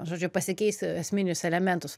žodžiu pasikeisti esminius elementus